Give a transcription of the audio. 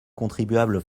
contribuables